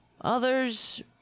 Others